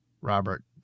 Robert